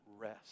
rest